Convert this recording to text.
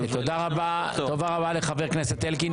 תודה רבה לחבר הכנסת אלקין.